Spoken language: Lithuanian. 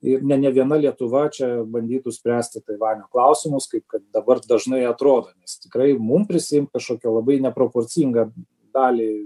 ir ne ne viena lietuva čia bandytų spręsti taivanio klausimus kaip kad dabar dažnai atrodo nes tikrai mum prisiimt kažkokią labai neproporcingą dalį